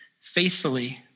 faithfully